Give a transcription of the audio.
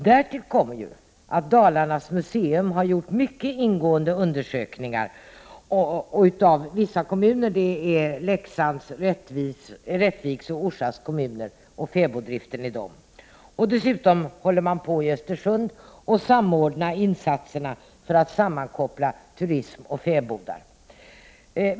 Därtill kommer att Dalarnas museum har gjort mycket ingående undersökningar av fäboddriften i vissa kommuner, nämligen i Leksands, Rättviks och Orsa kommuner. I Östersund samordnas insatser för att sammankoppla turism och fäbodar.